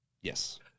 Yes